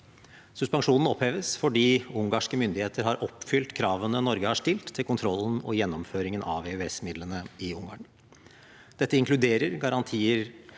Suspensjonen oppheves fordi ungarske myndigheter har oppfylt kravene Norge har stilt til kontrollen og gjennomføringen av EØS-midlene i Ungarn. Dette inkluderer garantier